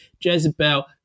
Jezebel